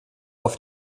auf